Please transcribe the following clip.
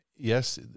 Yes